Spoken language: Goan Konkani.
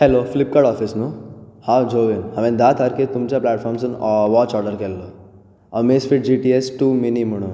हॅलो फ्लिपकार्ट ऑफिस न्हू हांव जॉवीन हांवे धा तारखेक तुमच्या प्लेटफॉर्मसून वॉच ऑर्डर केल्लो Amazfit G T S two mini म्हणून